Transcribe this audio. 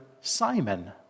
Simon